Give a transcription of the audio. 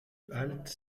halte